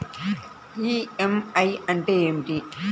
EMI అంటే ఏమిటి?